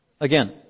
Again